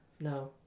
No